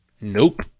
Nope